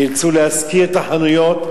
נאלצו להשכיר את החנויות,